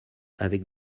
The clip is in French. avec